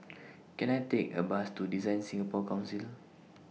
Can I Take A Bus to DesignSingapore Council